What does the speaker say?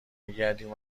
میگردیم